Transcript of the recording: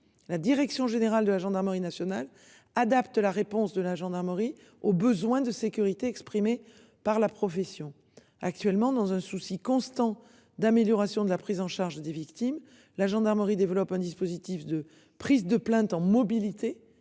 La direction générale de la gendarmerie nationale adapte la réponse de la gendarmerie aux besoins de sécurité exprimés par la profession actuellement dans un souci constant d'amélioration de la prise en charge des victimes. La gendarmerie développe un dispositif de prise de plainte en mobilité,